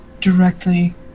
directly